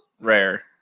rare